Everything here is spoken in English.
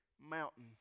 mountain